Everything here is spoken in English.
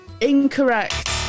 Incorrect